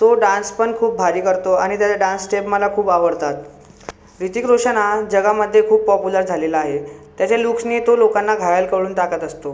तो डान्सपण खूप भारी करतो आणि त्याच्या डान्स स्टेप मला खूप आवडतात ऋतिक रोशन हा जगामध्ये खूप पॉप्युलर झालेला आहे त्याच्या लूक्सने तो लोकांना घायल करून टाकत असतो